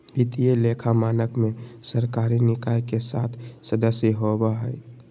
वित्तीय लेखा मानक में सरकारी निकाय के सात सदस्य होबा हइ